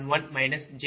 0040